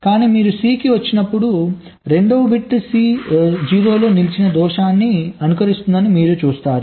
కానీ మీరు C కి వచ్చినప్పుడు రెండవ బిట్ C 0 లో నిలిచిన దోషాన్ని అనుకరిస్తుందని మీరు చూస్తారు